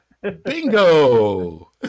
bingo